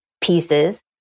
pieces